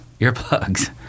earplugs